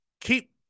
keep